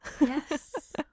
yes